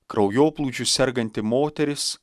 kraujoplūdžiu serganti moteris